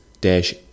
dash